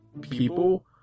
people